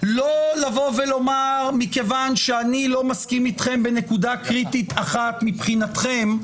לא לבוא ולומר מכיוון שאני לא מסכים אתכם בנקודה קריטית אחת מבחינתכם,